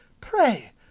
Pray